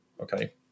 okay